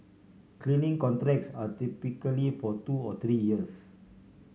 cleaning contracts are typically for two or three years